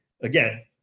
again